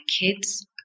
kids